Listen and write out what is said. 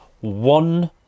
one